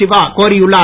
சிவா கோரியுள்ளார்